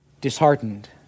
Disheartened